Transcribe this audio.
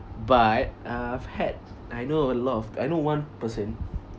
but I've had I know a lot of I know one person